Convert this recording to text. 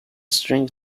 string